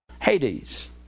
Hades